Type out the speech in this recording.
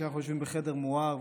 כשאנחנו יושבים בחדר מואר,